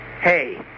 hey